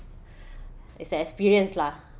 it's an experience lah